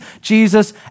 Jesus